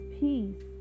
peace